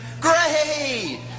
Great